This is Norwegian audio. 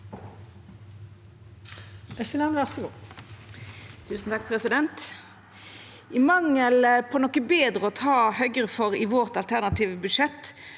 I mangel på noko betre å ta Høgre for i vårt alternative budsjett,